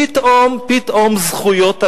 פתאום, פתאום זכויות אדם.